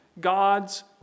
God's